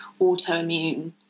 autoimmune